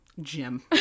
Jim